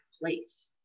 place